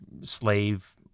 slave